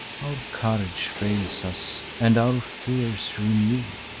our courage fails us, and our fears renew.